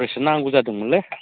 इसे नांगौ जादोंमोनलै